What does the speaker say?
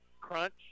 crunch